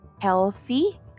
healthy